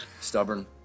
stubborn